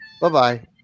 Bye-bye